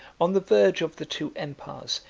on the verge of the two empires,